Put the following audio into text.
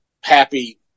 happy